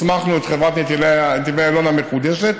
הסמכנו את חברת נתיבי איילון המחודשת